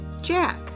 Jack